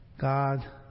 God